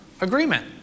agreement